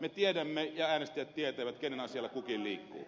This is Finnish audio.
me tiedämme ja äänestäjät tietävät kenen asialla kukin liikkuu